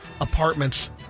apartments